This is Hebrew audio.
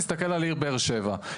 נסתכל על העיר באר שבע,